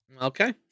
Okay